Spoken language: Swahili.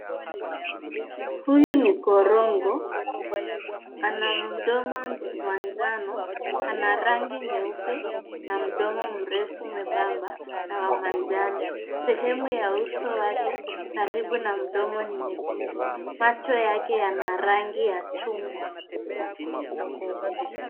Huyu ni korongo. Ana mdomo wa njano. Ana rangi nyeupe, na mdomo mrefu mwembamba, na wa manjano. Sehemu ya uso wake karibu na mdomo wake, ni nyekundu. Macho yake yana rangi ya chungwa.